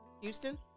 Houston